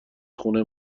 خونه